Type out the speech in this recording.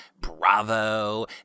Bravo